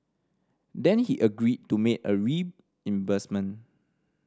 then he agreed to make a reimbursement